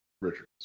Richards